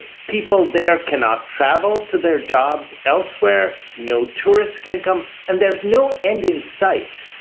people there cannot travel to their jobs elsewhere. no tourists can come and there's no end in sight.